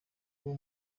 nawo